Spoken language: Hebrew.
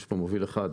יש פה מוביל אחד.